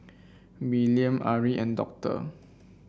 Willaim Ari and Doctor